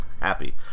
happy